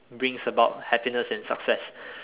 brings about happiness and success